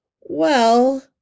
Well